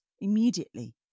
immediately